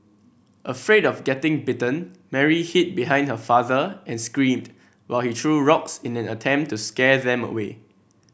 afraid of getting bitten Mary hid behind her father and screamed while he threw rocks in an attempt to scare them away